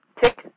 Tick